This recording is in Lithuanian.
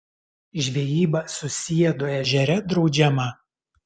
žvejyba susiedo ežere draudžiama